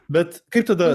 bet kaip tada